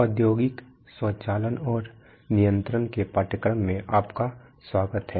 औद्योगिक स्वचालन और नियंत्रण के पाठ्यक्रम में आपका स्वागत है